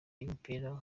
ry’umupira